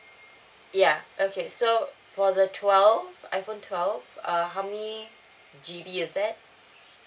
ya okay so for the twelve iphone twelve err how many G_B is that